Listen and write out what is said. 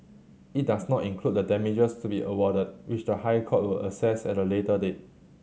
it does not include the damages to be awarded which the High Court will assess at a later date